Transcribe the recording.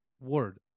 Word